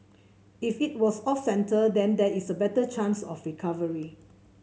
if it was off centre then there is a better chance of recovery